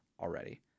already